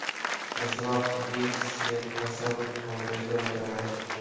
हिसबा किट से फसल को कैसे बचाए?